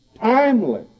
timely